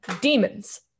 demons